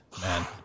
man